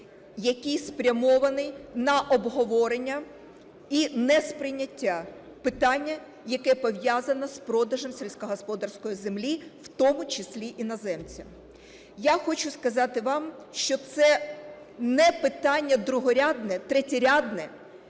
який спрямований на обговорення і несприйняття питання, яке пов'язане з продажем сільськогосподарської землі, в тому числі іноземцям. Я хочу сказати вам, що це не питання другорядне, третьорядне,